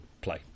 play